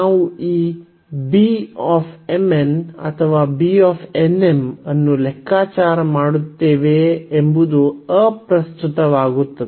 ನಾವು ಈ ಅಥವಾ ಅನ್ನು ಲೆಕ್ಕಾಚಾರ ಮಾಡುತ್ತೇವೆಯೇ ಎಂಬುದು ಅಪ್ರಸ್ತುತವಾಗುತ್ತದೆ